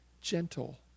gentle